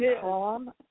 Calm